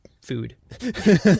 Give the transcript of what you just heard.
food